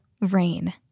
rain